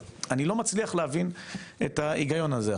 אני לא מצליח להבין את ההיגיון הזה.